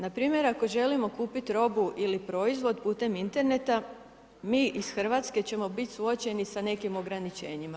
Npr. ako želimo kupiti robu ili proizvod putem interneta, mi iz Hrvatske ćemo biti suočeni s nekim ograničenima.